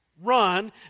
run